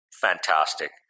fantastic